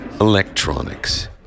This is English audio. Electronics